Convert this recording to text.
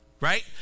right